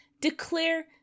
declare